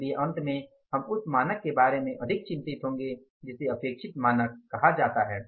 इसलिए अंत में हम उस मानक के बारे में अधिक चिंतित होंगे जिसे अपेक्षित मानक कहा जाता है